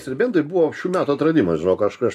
serbentai buvo šių metų atradimas žinok aišku aš